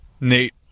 Nate